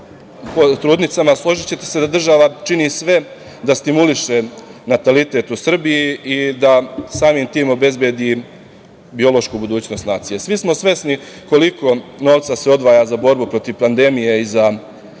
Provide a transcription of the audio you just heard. trudnicama, složićete se da država čini sve da stimuliše natalitet u Srbiji i da samim tim obezbedi biološku budućnost nacije. Svi smo svesni koliko novca se odvaja za borbu protiv pandemije i za čuvanje